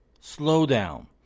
slowdown